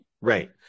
Right